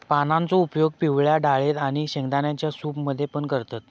पानांचो उपयोग पिवळ्या डाळेत आणि शेंगदाण्यांच्या सूप मध्ये पण करतत